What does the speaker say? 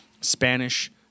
Spanish